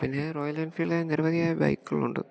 പിന്നേ റോയൽ എൻഫീൽഡിൻ്റെ നിർവധിയായ ബൈക്കുകളുണ്ട്